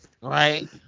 Right